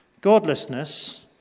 Godlessness